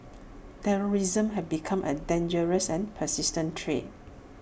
terrorism has become A dangerous and persistent threat